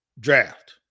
draft